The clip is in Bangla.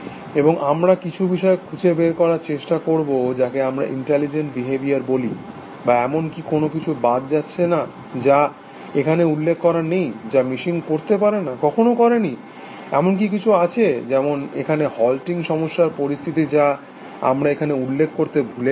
এবং আমরা কিছু বিষয় খুঁজে বের করার চেষ্টা করব যাকে আমরা ইন্টেলিজেন্ট বিহেভিয়ার বলি বা এমন কি কোনো কিছু বাদ যাচ্ছে যা এখানে উল্লেখ করা নেই যা মেশিন করতে পারে না কখনও করে নি এমন কি কিছু আছে যেমন এখানে হল্টিংসমস্যার পরিস্থিতি যা আমরা এখানে উল্লেখ করতে ভুলে গেছি